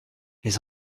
les